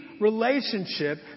relationship